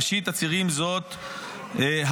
ראשית הצירים זאת הדת.